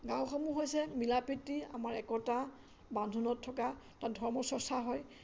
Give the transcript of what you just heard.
গাঁওসমূহ হৈছে মিলা প্ৰীতি আমাৰ একতা বান্ধোনত থকা তাত ধৰ্মৰ চৰ্চা হয়